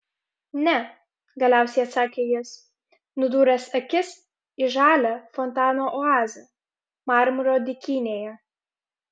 ne galiausiai atsakė jis nudūręs akis į žalią fontano oazę marmuro dykynėje